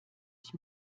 ich